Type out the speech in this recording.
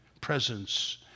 presence